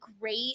great